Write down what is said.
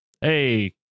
Hey